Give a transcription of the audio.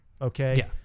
Okay